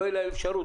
לא תהיה להם אפשרות,